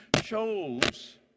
shows